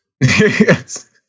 Yes